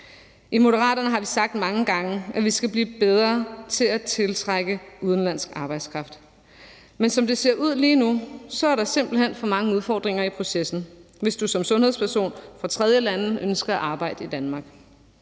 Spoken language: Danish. I Moderaterne har vi sagt mange gange, at vi skal blive bedre til at tiltrække udenlandsk arbejdskraft. Men som det ser ud lige nu, er der simpelt hen for mange udfordringer i processen, hvis du som sundhedsperson fra et tredjeland ønsker at arbejde i Danmark.